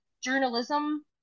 journalism